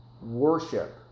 worship